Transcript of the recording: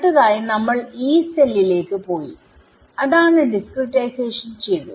അടുത്തതായി നമ്മൾ Yee സെല്ലിലേക്ക് പോയിഅതായത് ഡിസ്ക്രിടൈസേഷൻ ചെയ്തു